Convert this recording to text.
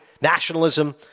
nationalism